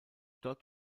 dort